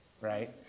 right